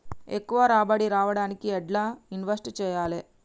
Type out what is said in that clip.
ఎక్కువ రాబడి రావడానికి ఎండ్ల ఇన్వెస్ట్ చేయాలే?